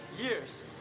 years